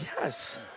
Yes